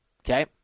Okay